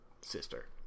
sister